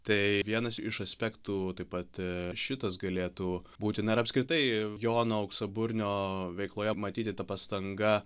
tai vienas iš aspektų taip pat šitas galėtų būti na ir apskritai jono auksaburnio veikloje matyti ta pastanga